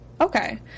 Okay